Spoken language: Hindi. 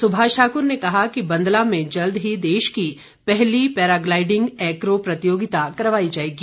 सुभाष ठाकुर ने कहा कि बंदला मं जल्द ही देश की पहली पैराग्लाईडिंग एक्रो प्रतियोगिता करवाई जाएगी